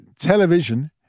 Television